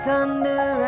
Thunder